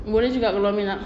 boleh juga kalau umi nak